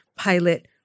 pilot